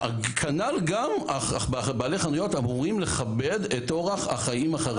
כנ"ל גם בעלי חנויות אמורים לכבד את אורח החיים החרדי.